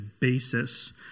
basis